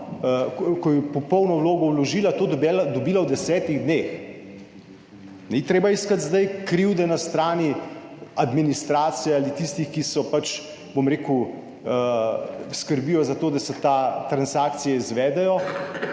ko je popolno vlogo vložila, to dobila v desetih dneh. Ni treba iskati zdaj krivde na strani administracije ali tistih, ki so, bom rekel, skrbijo za to, da se te transakcije izvedejo,